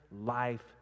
life